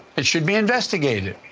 it should be investigated.